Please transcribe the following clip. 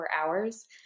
hours